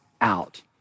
out